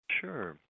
Sure